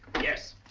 yes.